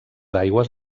aigües